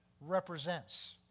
represents